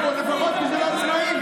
לפחות העצמאים,